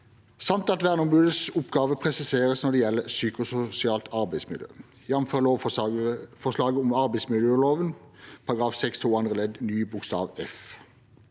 samt at verneombudets oppgaver presiseres når det gjelder psykososialt arbeidsmiljø, jf. lovforslaget om arbeidsmiljøloven § 6-2 andre ledd ny bokstav f.